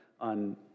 on